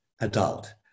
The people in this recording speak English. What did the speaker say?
adult